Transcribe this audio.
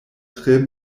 tre